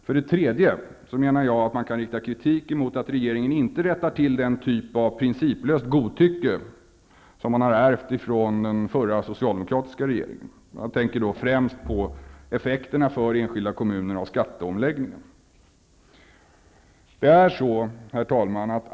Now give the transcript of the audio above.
För det tredje kan kritik riktas mot att regeringen inte rättar till den typ av principlöst godtycke som ärvts från den förra socialdemokratiska regeringen. Jag tänker främst på effekterna för enskilda kommuner av skatteomläggningen. Herr talman!